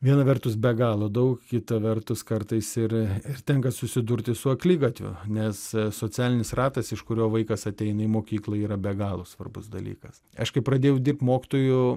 viena vertus be galo daug kita vertus kartais ir tenka susidurti su akligatviu nes socialinis ratas iš kurio vaikas ateina į mokyklą yra be galo svarbus dalykas aš kai pradėjau dirbt mokytoju